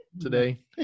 today